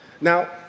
Now